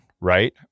right